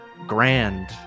grand